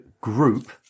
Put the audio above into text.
group